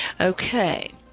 Okay